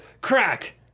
Crack